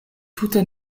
tute